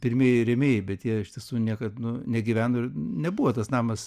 pirmieji rėmėjai bet jie iš tiesų niekad negyveno ir nebuvo tas namas